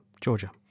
Georgia